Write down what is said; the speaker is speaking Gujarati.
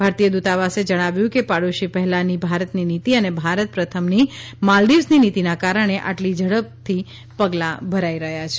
ભારતીય દૂતાવાસે જણાવ્યું કે પડોશી પહેલાની ભારતની નીતી અને ભારત પ્રથમની માલ્દીવસની નીતીના કારણે આટલી ઝડપથી પગલાં ભરાયાં છે